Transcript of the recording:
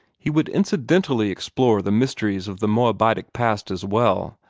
he would incidentally explore the mysteries of the moabitic past as well,